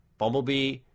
Bumblebee